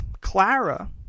Clara